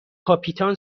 کاپیتان